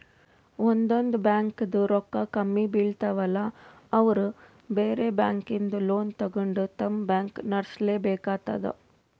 ಒಂದೊಂದ್ ಬ್ಯಾಂಕ್ದಾಗ್ ರೊಕ್ಕ ಕಮ್ಮಿ ಬೀಳ್ತಾವಲಾ ಅವ್ರ್ ಬ್ಯಾರೆ ಬ್ಯಾಂಕಿಂದ್ ಲೋನ್ ತಗೊಂಡ್ ತಮ್ ಬ್ಯಾಂಕ್ ನಡ್ಸಲೆಬೇಕಾತದ್